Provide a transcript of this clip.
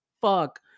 fuck